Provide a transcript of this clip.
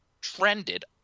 trended